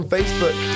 Facebook